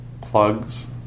plugs